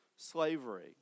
Slavery